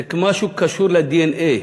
זה משהו שקשור לדנ"א,